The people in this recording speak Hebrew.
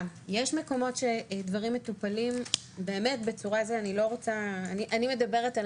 יש מקומות שדברים מטופלים - אני מדברת על